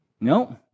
No